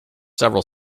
several